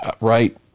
right